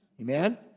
Amen